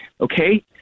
okay